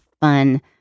fun